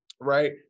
right